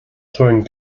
throwing